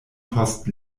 post